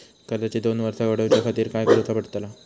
कर्जाची दोन वर्सा वाढवच्याखाती काय करुचा पडताला?